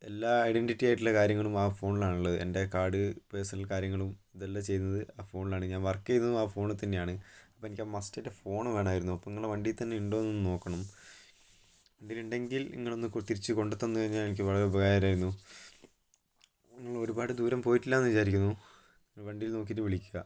എല്ലാ ഐഡന്റിറ്റി ആയിട്ടുള്ള കാര്യങ്ങളും ആ ഫോണിലാണ് ഉള്ളത് എൻ്റെ കാർഡ് പേഴ്സണൽ കാര്യങ്ങളും ഇതെല്ലാം ചെയ്യുന്നതും ആ ഫോണിലാണ് ഞാൻ വർക്ക് ചെയ്തതും ആ ഫോണി തന്നെയാണ് അപ്പം എനിക്ക് മസ്റ്റ് ആയിട്ട് ഫോണ് വേണമായിരുന്നു അപ്പം ഇങ്ങള വണ്ടിയിൽ തന്നെ ഉണ്ടോന്ന് ഒന്ന് നോക്കണം വണ്ടിയിൽ ഉണ്ടെങ്കിൽ നിങ്ങള് ഒന്ന് കൊ തിരിച്ച് കൊണ്ട് തന്ന് കഴിഞ്ഞാൽ എനിക്ക് വളരെ ഉപകാരമായിരുന്നു നിങ്ങൾ ഒരുപാട് ദൂരം പോയിട്ടില്ലാന്ന് വിചാരിക്കുന്നു വണ്ടിയിൽ നോക്കിയിട്ട് വിളിക്കുക